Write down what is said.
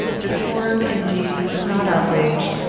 decorum, indeed, was not outraged,